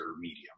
medium